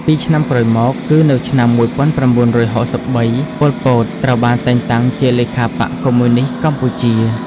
ពីរឆ្នាំក្រោយមក គឺនៅឆ្នាំ១៩៦៣ ប៉ុល ពត ត្រូវបានតែងតាំងជាលេខាបក្សកុម្មុយនីស្តកម្ពុជា។